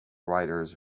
riders